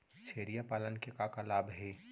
छेरिया पालन के का का लाभ हे?